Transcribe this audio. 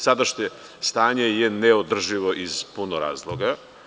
Sadašnje stanje je neodrživo iz puno razloga.